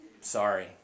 Sorry